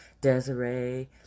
Desiree